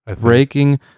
breaking